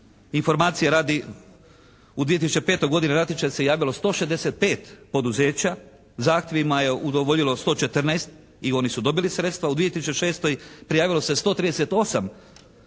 Informacije radi u 2005. godini na natječaj se javilo 165 poduzeća. Zahtjevima je udovoljilo 114 i oni su dobili sredstva. U 2006. prijavilo se 138 poduzeća